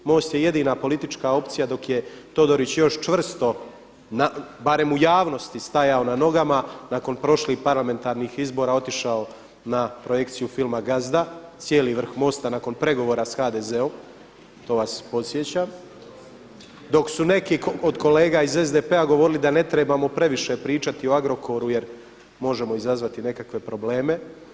MOST je jedina politička opcija, dok je Todorić još čvrsto, barem u javnosti stajao na nogama nakon prošlih parlamentarnih izbora otišao na projekciju filma gazda, cijeli vrh MOST-a nakon pregovora sa HDZ-om, to vas podsjećam dok su neki od kolega iz SDP-a govorili da ne trebamo previše pričati o Agrokoru jer možemo izazvati nekakve probleme.